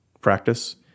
practice